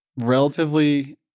relatively